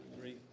three